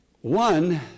One